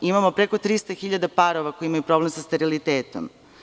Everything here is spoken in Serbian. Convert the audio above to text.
Imamo preko 300.000 parova koji imaju problem sa sterilitetom.